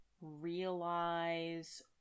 realize